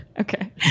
Okay